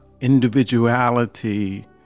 individuality